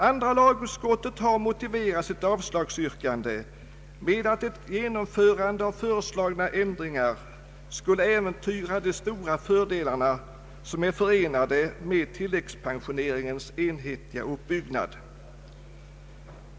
Andra lagutskottet har motiverat sitt avslagsyrkande med att ett genomförande av föreslagna ändringar skulle äventyra de stora fördelar som är förenade med tilläggspensioneringens enhetliga uppbyggnad.